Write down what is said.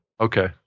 Okay